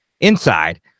inside